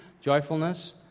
joyfulness